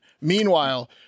Meanwhile